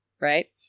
right